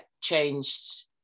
changed